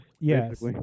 yes